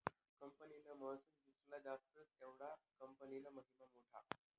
कंपनीना महसुल जित्ला जास्त तेवढा कंपनीना महिमा मोठा